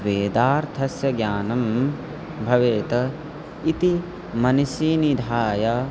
वेदार्थस्य ज्ञानं भवेत् इति मनसि निधाय